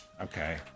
okay